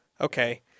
Okay